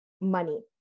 money